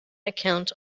account